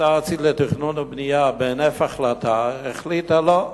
והמועצה הארצית לתכנון ולבנייה בהינף החלטה החליטה: לא,